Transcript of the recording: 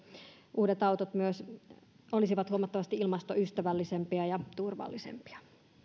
uudet autot olisivat huomattavasti ilmastoystävällisempiä ja turvallisempia